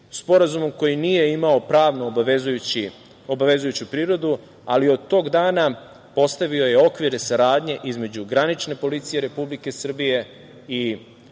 Sporazum koji nije imao pravno obavezujuću prirodu, ali od tog dana postavio je okvir saradnje između granične policije i Republike Srbije i